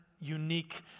unique